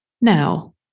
now